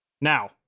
Now